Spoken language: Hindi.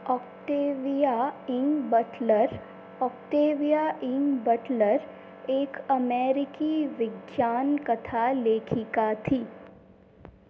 Octavia E Butler Octavia E Butler एक अमेरिकी विज्ञान कथा लेखिका थी